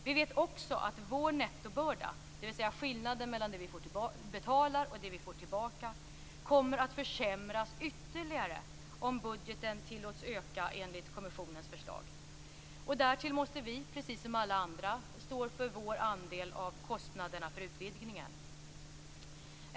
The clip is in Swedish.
Vi vet också att vår nettobörda - dvs. skillnaden mellan det som vi betalar och det som vi får tillbaka - kommer att bli ännu större om budgeten tillåts öka enligt kommissionens förslag. Därtill måste vi, precis som alla andra, stå för vår andel av kostnaderna för utvidgningen.